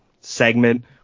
segment